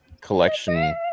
collection